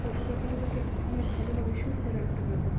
পশু পাখিগুলোকে আমরা ভালোভাবে সুস্থ রাখতে পারব